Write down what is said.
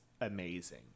amazing